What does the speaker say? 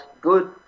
good